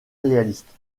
réaliste